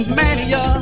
mania